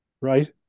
right